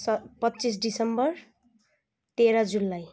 सत पच्चिस डिसम्बर तेह्र जुलाई